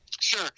sure